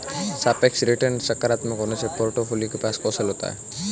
सापेक्ष रिटर्न सकारात्मक होने से पोर्टफोलियो के पास कौशल होता है